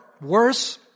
worse